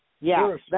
yes